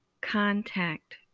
Contact